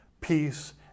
peace